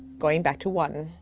going back to one.